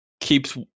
keeps